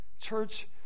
church